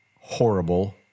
horrible